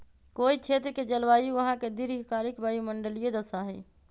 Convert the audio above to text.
कोई क्षेत्र के जलवायु वहां के दीर्घकालिक वायुमंडलीय दशा हई